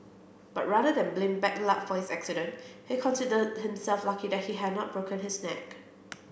but rather than blame bad luck for his accident he considered himself lucky that he had not broken his neck